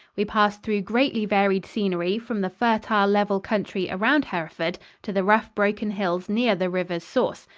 we passed through greatly varied scenery from the fertile, level country around hereford to the rough, broken hills near the river's source,